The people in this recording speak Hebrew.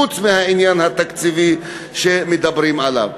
חוץ מהעניין התקציבי שמדברים עליו.